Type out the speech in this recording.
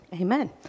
amen